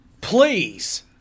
please